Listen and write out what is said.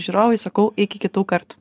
žiūrovai sakau iki kitų kart